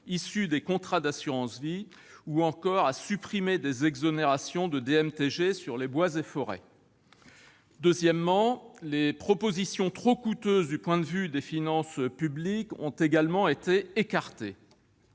issues des contrats d'assurance vie, ou encore à supprimer des exonérations de DMTG sur les bois et forêts. Deuxièmement, les propositions trop coûteuses du point de vue des finances publiques ont également été écartées.